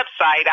website